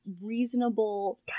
reasonable